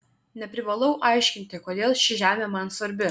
neprivalau aiškinti kodėl ši žemė man svarbi